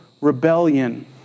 rebellion